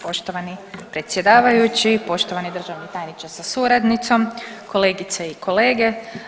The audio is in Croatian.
Poštovani predsjedavajući, poštovani državni tajniče sa suradnicom, kolegice i kolege.